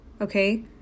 okay